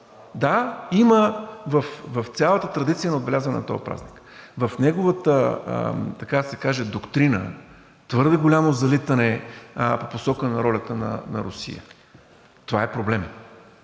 Да, има в цялата традиция на отбелязване на този празник, в неговата, така да се каже, доктрина твърде голямо залитане по посока на ролята на Русия. Това е проблем,